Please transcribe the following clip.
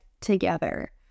together